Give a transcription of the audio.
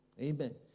Amen